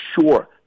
sure